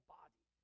body